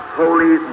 holy